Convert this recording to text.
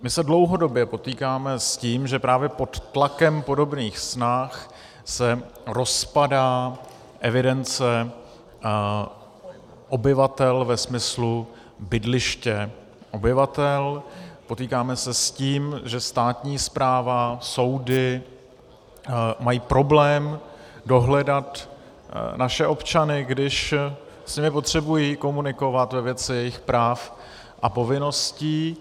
My se dlouhodobě potýkáme s tím, že právě pod tlakem podobných snah se rozpadá evidence obyvatel ve smyslu bydliště obyvatel, potýkáme se s tím, že státní správa, soudy mají problém dohledat naše občany, když s nimi potřebují komunikovat ve věci jejich práv a povinností.